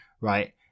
right